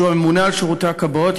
שהוא הממונה על שירותי הכבאות,